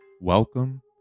Welcome